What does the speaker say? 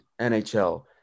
NHL